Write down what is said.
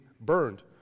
burned